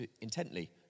intently